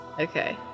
Okay